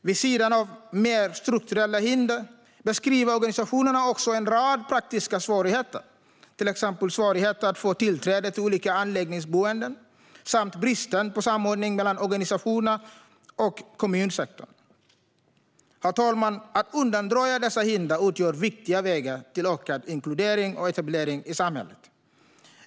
Vid sidan av mer strukturella hinder beskriver organisationerna också en rad praktiska svårigheter, till exempel svårigheter att få tillträde till olika anläggningsboenden samt bristen på samordning mellan organisationerna och kommunsektorn. Herr talman! Att undanröja dessa hinder utgör viktiga vägar till ökad inkludering och etablering i samhället.